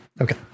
Okay